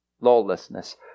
lawlessness